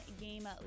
game